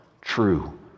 true